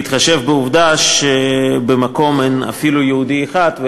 בהתחשב בעובדה שבמקום אין אפילו יהודי אחד,